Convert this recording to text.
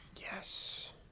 yes